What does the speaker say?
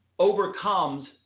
overcomes